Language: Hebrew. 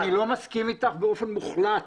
סליחה, אני לא מסכים אתך באופן מוחלט.